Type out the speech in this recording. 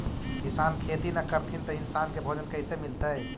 किसान खेती न करथिन त इन्सान के भोजन कइसे मिलतइ?